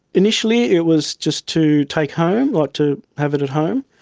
initially it was just to take home, but to have it at home.